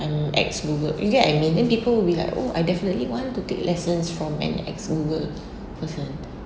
I'm ex-Google you get I mean then people would be like oh I definitely want to take lessons from an ex-Google person